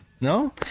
No